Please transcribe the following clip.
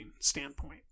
standpoint